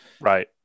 Right